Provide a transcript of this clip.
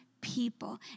people